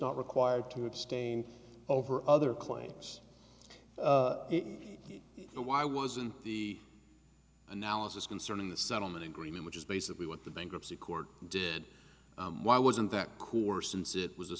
not required to abstain over other claims and why wasn't the analysis concerning the settlement agreement which is basically what the bankruptcy court did why wasn't that coup or since it was a